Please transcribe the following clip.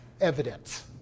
evidence